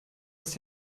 ist